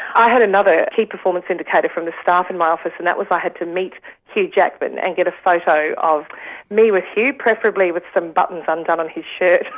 i had another key performance indicator from the staff in my office, and that was i had to meet hugh jackman and get a photo of me with hugh, preferably with some buttons undone on his shirt.